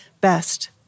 Best